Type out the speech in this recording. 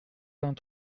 vingt